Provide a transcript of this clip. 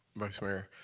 vice mayor. i